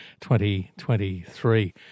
2023